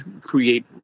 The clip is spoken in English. create